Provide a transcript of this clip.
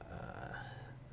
uh